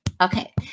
Okay